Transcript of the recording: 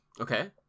Okay